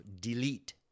delete